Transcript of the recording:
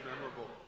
memorable